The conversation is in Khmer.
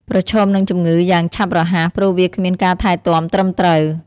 ប្រឈមនឹងជំងឺយ៉ាងឆាប់រហ័ស ព្រោះវាគ្មានការថែទាំត្រឹមត្រូវ។